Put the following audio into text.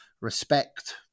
respect